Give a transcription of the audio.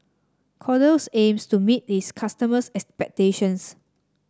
Kordel's aims to meet its customers' expectations